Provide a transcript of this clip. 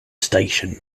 station